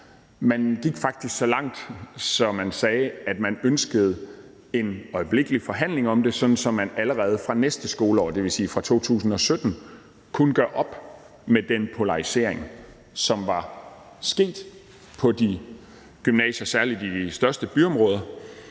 Men gik faktisk så langt, at man sagde, at man ønskede en øjeblikkelig forhandling om det, sådan at man allerede fra næste skoleår, det vil sige fra 2017, kunne gøre op med den polarisering, som var sket på de gymnasier, særlig i de største byområder.